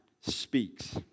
speaks